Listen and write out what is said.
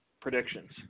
predictions